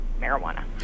marijuana